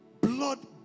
blood